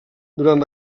durant